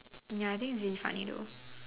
ya I think it's really funny though